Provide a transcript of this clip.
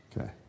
Okay